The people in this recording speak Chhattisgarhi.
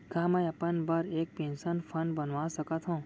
का मैं अपन बर एक पेंशन फण्ड बनवा सकत हो?